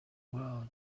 world